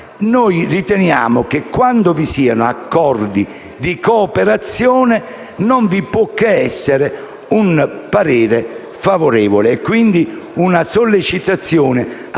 noi riteniamo che quando vi siano accordi di cooperazione non vi può che essere un parere favorevole e quindi una sollecitazione a fare